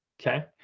Okay